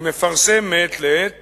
ומפרסם מעת לעת